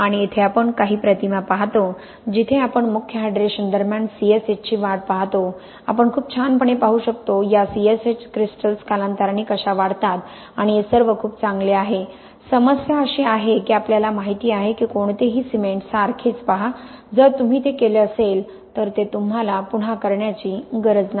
आणि येथे आपण काही प्रतिमा पाहतो जिथे आपण मुख्य हायड्रेशन दरम्यान CSH ची वाढ पाहतो आपण खूप छानपणे पाहू शकतो या CSH क्रिस्टल्स कालांतराने कशा वाढतात आणि हे सर्व खूप चांगले आहे समस्या अशी आहे की आपल्याला माहित आहे की कोणतेही सिमेंट सारखेच पहा जर तुम्ही ते केले असेल तर तुम्हाला ते पुन्हा करण्याची गरज नाही